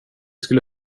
skulle